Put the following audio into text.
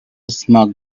smoke